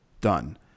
done